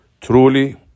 Truly